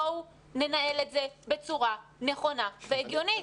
בואו ננהל את זה בצורה נכונה והגיונית.